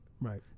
Right